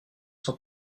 sans